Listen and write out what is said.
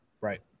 Right